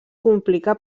complica